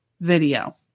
video